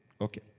okay